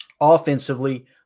Offensively